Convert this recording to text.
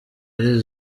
ari